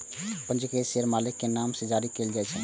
पंजीकृत शेयर मालिक के नाम सं जारी शेयर होइ छै